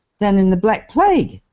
than in the black plague.